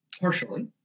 partially